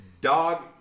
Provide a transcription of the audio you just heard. dog